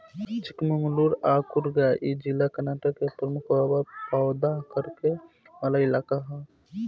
चिकमंगलूर आ कुर्ग इ जिला कर्नाटक के प्रमुख रबड़ पैदा करे वाला इलाका ह